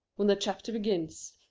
when the chapter begins.